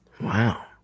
wow